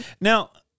Now